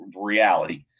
reality